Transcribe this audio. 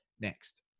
next